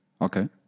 Okay